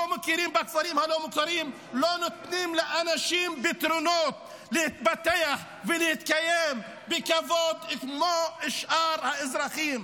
לא נותנות לאנשים פתרונות להתפתח ולהתקיים בכבוד כמו שאר האזרחים.